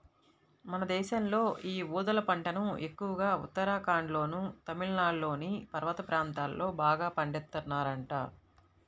మన దేశంలో యీ ఊదల పంటను ఎక్కువగా ఉత్తరాఖండ్లోనూ, తమిళనాడులోని పర్వత ప్రాంతాల్లో బాగా పండిత్తన్నారంట